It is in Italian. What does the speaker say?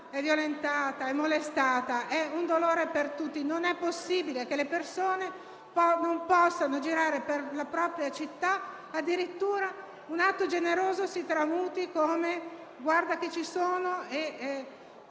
violentata o molestata è un dolore per tutti. Non è possibile che le persone non possano girare per la propria città e che addirittura un atto generoso per affermare «guarda che ci sono»,